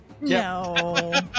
No